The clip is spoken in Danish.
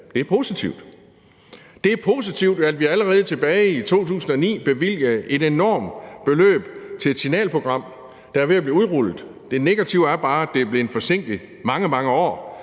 Det er positivt. Det er positivt, at vi allerede tilbage i 2009 bevilgede et enormt beløb til et signalprogram, der er ved at blive udrullet – det negative er bare, at det er blevet forsinket mange, mange år,